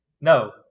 No